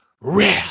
real